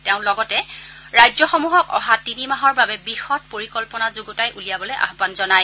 তেওঁ লগতে ৰাজ্যসমূহক অহা তিনিমাহৰ বাবে বিশদ পৰিকল্পনা যুগুতাই উলিয়াবলৈ আহ্বান জনায়